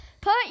Put